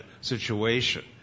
situation